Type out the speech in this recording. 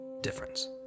difference